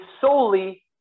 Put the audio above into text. solely